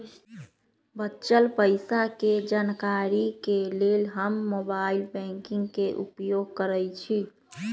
बच्चल पइसा के जानकारी के लेल हम मोबाइल बैंकिंग के उपयोग करइछि